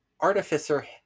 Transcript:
Artificer